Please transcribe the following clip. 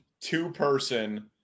two-person